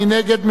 מי נגד?